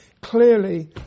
Clearly